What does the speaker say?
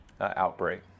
outbreak